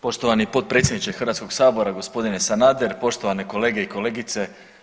Poštovani potpredsjedniče Hrvatskog sabora, gospodine Sanader, poštovane kolege i kolegice.